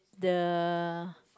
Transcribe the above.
the